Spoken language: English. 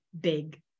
big